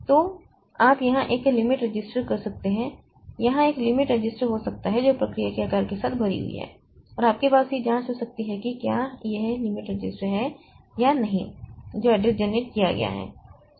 तो आप यहाँ एक लिमिट रजिस्टर कर सकते हैं यहाँ एक लिमिट रजिस्टर हो सकता है जो प्रक्रिया के आकार के साथ भरी हुई है और आपके पास यह जाँच हो सकती है कि क्या यह लिमिट रजिस्टर है या नहीं जो एड्रेस जनरेट किया गया है वह इस लिमिट से कम है या नहीं